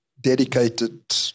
dedicated